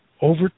Over